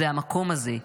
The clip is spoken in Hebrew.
/ זה המקום הזה,